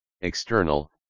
external